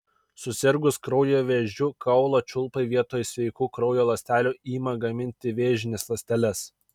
susirgus kraujo vėžiu kaulų čiulpai vietoj sveikų kraujo ląstelių ima gaminti vėžines ląsteles